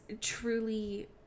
truly